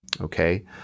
Okay